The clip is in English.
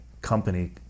company